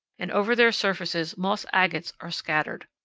and over their surfaces moss agates are scattered.